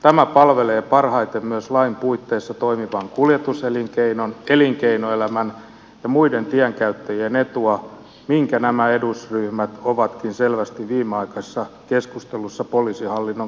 tämä palvelee parhaiten myös lain puitteissa toimivan kuljetuselinkeinon elinkeinoelämän sekä muiden tienkäyttäjien etua minkä nämä edusryhmät ovatkin selvästi viimeaikaisessa keskustelussa poliisihallinnon kehittämisestä ilmaisseet